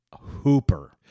Hooper